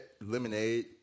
Lemonade